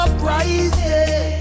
Uprising